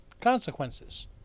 Consequences